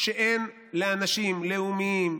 שאין לאנשים לאומיים,